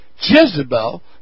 Jezebel